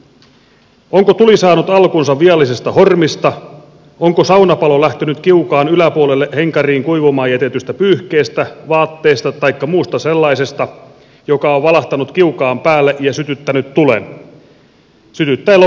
onko tuli saanut alkunsa viallisesta hormista onko saunapalo lähtenyt kiukaan yläpuolelle henkariin kuivumaan jätetystä pyyhkeestä vaatteesta taikka muusta sellaisesta joka on valahtanut kiukaan päälle ja sytyttänyt tulen sytyttäen lopulta koko saunan